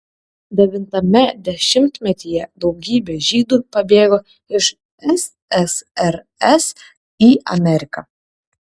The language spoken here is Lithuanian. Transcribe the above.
devintame dešimtmetyje daugybė žydų pabėgo iš ssrs į ameriką